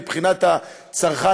מבחינת הצרכן,